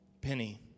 penny